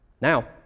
Now